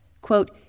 Quote